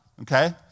okay